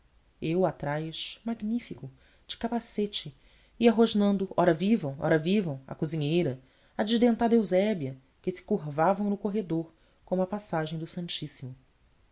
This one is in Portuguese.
eu atrás magnífico de capacete ia rosnando ora vivam ora vivam à cozinheira à desdentada eusébia que se curvavam no corredor como à passagem do santíssimo